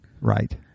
Right